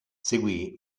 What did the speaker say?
seguì